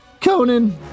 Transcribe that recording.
Conan